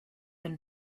and